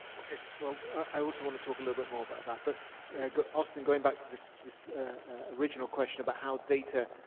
okay, well, i also want to talk a little bit more about that, but austin, going back to this this original question about how data,